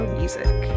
music